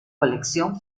colección